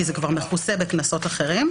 כי זה כבר מכוסה על ידי קנסות אחרים.